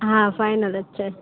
હાં ફાઇનલ જ છે